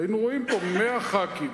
והיינו רואים פה 100 ח"כים.